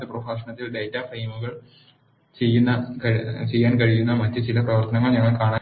അടുത്ത പ്രഭാഷണത്തിൽ ഡാറ്റാ ഫ്രെയിമുകളിൽ ചെയ്യാൻ കഴിയുന്ന മറ്റ് ചില പ്രവർത്തനങ്ങൾ ഞങ്ങൾ കാണാൻ പോകുന്നു